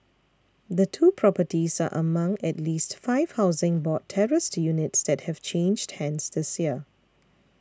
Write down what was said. the two properties are among at least five Housing Board terraced units that have changed hands this year